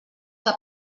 que